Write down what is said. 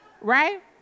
Right